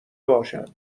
باشند